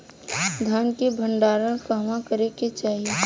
धान के भण्डारण कहवा करे के चाही?